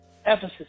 Ephesus